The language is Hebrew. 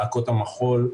להקות המחול,